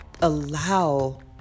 allow